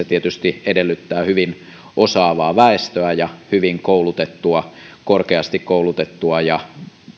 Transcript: tietysti edellyttää hyvin osaavaa väestöä ja hyvin koulutettua korkeasti koulutettua ja